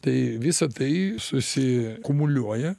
tai visa tai susi kumuliuoja